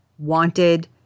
wanted